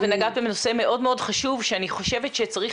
נגעת בנושא מאוד חשוב שאני חושבת שצריך